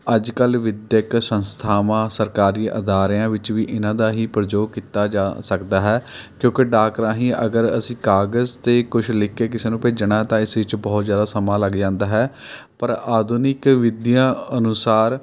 ਅੱਜ ਕੱਲ੍ਹ ਵਿੱਦਿਅਕ ਸੰਸਥਾਵਾਂ ਸਰਕਾਰੀ ਅਦਾਰਿਆਂ ਵਿੱਚ ਵੀ ਇਹਨਾਂ ਦਾ ਹੀ ਪ੍ਰਯੋਗ ਕੀਤਾ ਜਾ ਸਕਦਾ ਹੈ ਕਿਉਂਕਿ ਡਾਕ ਰਾਹੀਂ ਅਗਰ ਅਸੀਂ ਕਾਗਜ਼ 'ਤੇ ਕੁਛ ਲਿਖ ਕੇ ਕਿਸੇ ਨੂੰ ਭੇਜਣਾ ਤਾਂ ਇਸ ਵਿੱਚ ਬਹੁਤ ਜ਼ਿਆਦਾ ਸਮਾਂ ਲੱਗ ਜਾਂਦਾ ਹੈ ਪਰ ਆਧੁਨਿਕ ਵਿੱਦਿਆ ਅਨੁਸਾਰ